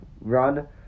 run